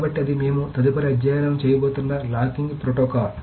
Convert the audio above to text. కాబట్టి అది మేము తదుపరి అధ్యయనం చేయబోతున్న లాకింగ్ ప్రోటోకాల్